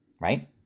right